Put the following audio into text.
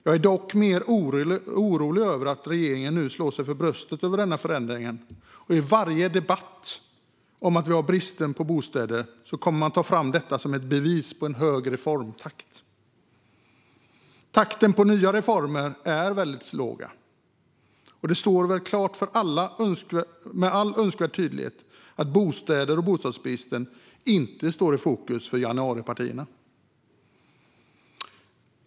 Jag är dock orolig över att regeringen nu slår sig för bröstet över denna förändring och i varje debatt vi har om bristen på bostäder kommer att ta fram detta som ett bevis på en hög reformtakt. Takten på nya reformer är väldigt låg, och det står väl klart med all önskvärd tydlighet att bostäder och bostadsbristen inte står i fokus för januaripartierna.